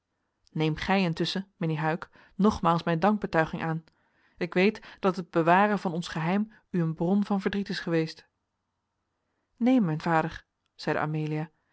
gij intusschen mijnheer huyck nogmaals mijn dankbetuiging aan ik weet dat het bewaren van ons geheim u een bron van verdriet is geweest neen mijn vader zeide amelia